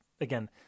again